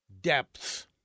depths